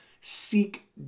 Seek